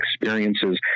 experiences